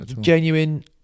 genuine